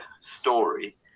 story